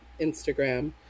Instagram